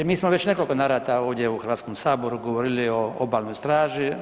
Mi smo već u nekoliko navrata ovdje u Hrvatskom saboru govorili o Obalnoj straži.